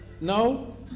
No